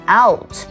out